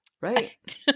right